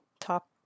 top